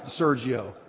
Sergio